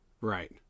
Right